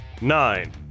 Nine